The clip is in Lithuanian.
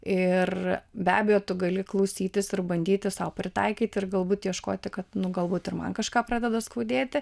ir be abejo tu gali klausytis ir bandyti sau pritaikyti ir galbūt ieškoti kad galbūt ir man kažką pradeda skaudėti